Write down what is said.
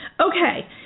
Okay